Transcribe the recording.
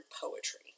poetry